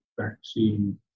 vaccine